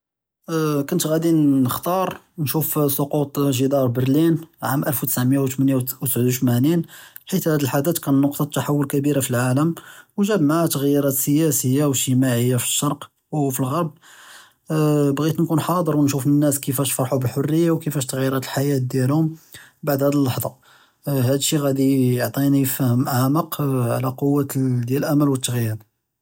אה כנת ראדי נכתאר נשוף סקוט ג׳דאר ברלין עאם אלף ותסעמיא ות׳מניה ותסעוד ותמאנין חית האד אלחדת כאן נקטה תחוול כבירא פי אלעאלם וזאד מעאה תע׳יيرات סיאסיה ואג׳תמאעיה פי אלשרק אאו פי אלע׳רב, אה בעית כנת חאצ׳ר ונשוף אלנאס כיפאש פרחו בלהוריה וכיפאש תע׳יירת אלחיאת דיאלהום בעד האד אללח׳טה, אה האד אלשי ראדי יעטיני פאהם אעמק אה עלא קוה דיאל אלאמל ואלתג׳ייר.